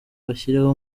bashyireho